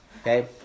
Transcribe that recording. Okay